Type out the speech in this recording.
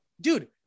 dude